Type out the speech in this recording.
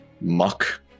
muck